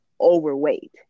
overweight